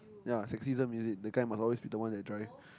ya sexism is it the guy must always be the one that drive